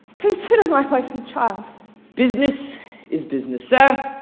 consider my wife and child business is business, sir.